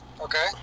Okay